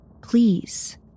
please